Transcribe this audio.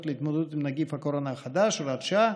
להתמודדות עם נגיף הקורונה החדש (הוראת שעה)